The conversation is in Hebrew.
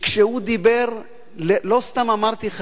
כשהוא דיבר לא סתם אמרתי לך,